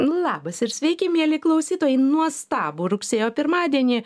labas ir sveiki mieli klausytojai nuostabų rugsėjo pirmadienį